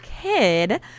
kid